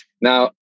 Now